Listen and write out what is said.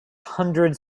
hundred